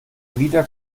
wieder